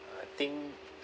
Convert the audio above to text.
I think